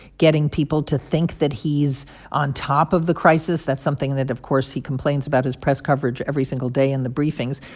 getting people to think that he's on top of the crisis. that's something that, of course, he complains about his press coverage every single day in the briefings.